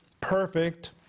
perfect